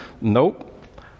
Nope